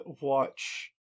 watch